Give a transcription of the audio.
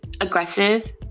aggressive